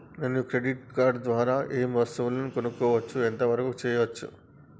నేను credit card ద్వారా ఏం వస్తువులు కొనుక్కోవచ్చు ఎంత వరకు చేయవచ్చు?